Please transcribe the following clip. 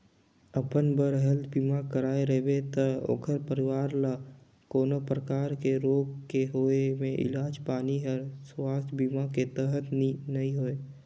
अपन बर हेल्थ बीमा कराए रिबे त ओखर परवार ल कोनो परकार के रोग के होए मे इलाज पानी हर सुवास्थ बीमा के तहत नइ होए